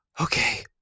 okay